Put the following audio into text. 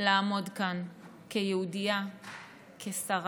לעמוד כאן כיהודייה, כשרה,